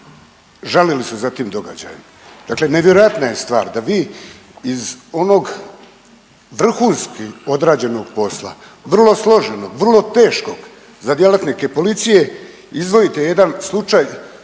žalili su za tim događajem. Dakle, nevjerojatna je stvar da vi iz onog vrhunski odrađenog posla, vrlo složenog, vrlo teškog za djelatnike policije izdvojite jedan slučaj